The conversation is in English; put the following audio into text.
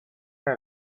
near